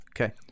Okay